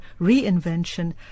reinvention